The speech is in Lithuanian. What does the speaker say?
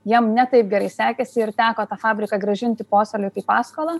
jiem ne taip gerai sekėsi ir teko tą fabriką grąžinti posėliui paskolą